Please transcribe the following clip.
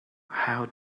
how